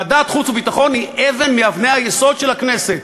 ועדת חוץ וביטחון היא אבן מאבני היסוד של הכנסת.